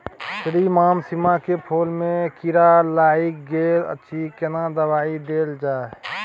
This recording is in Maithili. श्रीमान सीम के फूल में कीरा लाईग गेल अछि केना दवाई देल जाय?